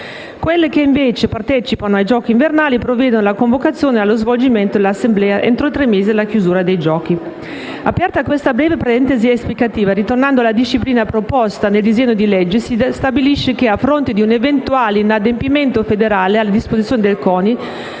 Quelle che, invece, partecipano ai giochi invernali provvedono alla convocazione e allo svolgimento dell'assemblea entro tre mesi dalla chiusura dei giochi. Aperta questa breve parentesi esplicativa e ritornando alla disciplina proposta nel disegno di legge si stabilisce che, a fronte di un eventuale inadempimento federale alle disposizioni del CONI